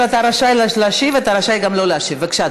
בבקשה,